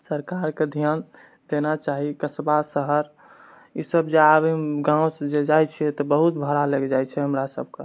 सरकारके ध्यान देना चाही कस्बा शहर ईसब जे आबए गाँवसँ जँ जाइ छै तऽ बहुत भाड़ा लगि जाइ छै हमरा सबके